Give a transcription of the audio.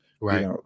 right